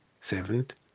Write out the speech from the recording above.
Seventh